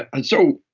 and so,